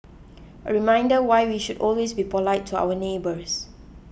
a reminder why we should always be polite to our neighbours